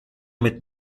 mit